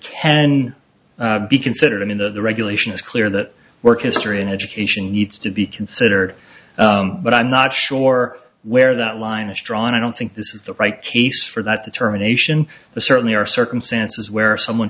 and be considered in the regulation is clear that work history and education needs to be considered but i'm not sure where that line is drawn i don't think this is the right case for that determination but certainly our circumstances where someone